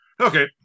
Okay